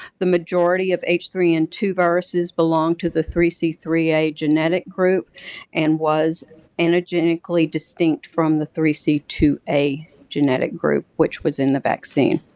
the majority of h three n and two viruses belonged to the three c three a genetic group and was antigenically distinct from the three c two a genetic group, which was in the vaccine.